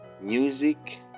Music